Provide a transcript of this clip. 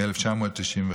מ-1959,